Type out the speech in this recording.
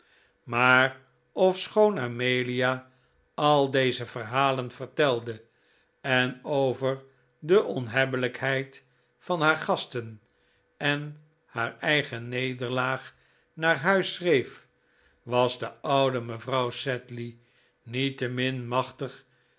maar ofschoon amelia al deze verhalen vertelde en over de onhebbelijkheid van haar gasten en haar eigen nederlaag naar huis schreef was de oude mevrouw sedley niettemin machtig